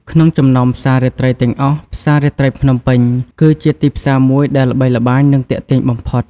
ក្នុងចំណោមផ្សាររាត្រីទាំងអស់ ផ្សាររាត្រីភ្នំពេញ គឺជាទីផ្សារមួយដែលល្បីល្បាញ និងទាក់ទាញបំផុត។